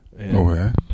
Okay